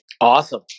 awesome